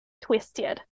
twisted